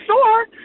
store